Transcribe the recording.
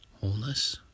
wholeness